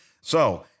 So-